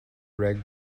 red